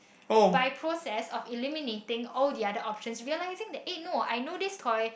by process of eliminating all the other options realizing that eh no I know this toy